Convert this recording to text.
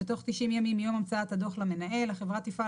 בתוך 90 ימים מיום המצאת הדו"ח למנהל החברה תפעל